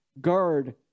Guard